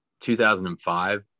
2005